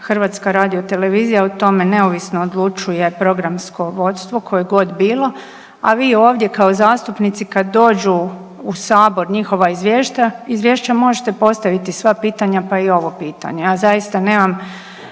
terminu HRT o tome neovisno odlučuje programsko vodstvo koje god bilo, a vi ovdje kao zastupnici kad dođu u sabor njihova izvješća možete postaviti sva pitanja, pa i ovo pitanje. Ja zaista nemam